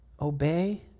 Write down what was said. obey